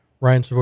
Ryan